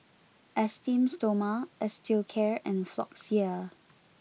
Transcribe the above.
Esteem Stoma Osteocare and Floxia